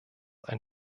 ein